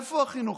איפה החינוך?